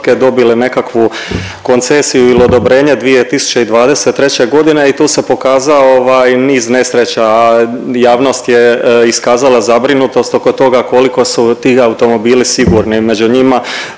dobile nekakvu koncesiju ili odobrenje 2023.g. i tu se pokazao niz nesreća. Javnost je iskazala zabrinutost oko toga koliko su ti automobili sigurni,